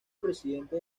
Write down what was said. presidente